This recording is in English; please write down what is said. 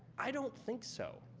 i don't think so.